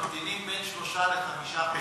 ממתינים בין שלושה לחמישה חודשים,